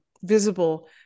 visible